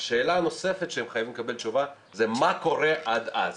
השאלה הנוספת שהם חייבים לקבל תשובה היא מה קורה עד אז?